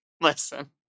Listen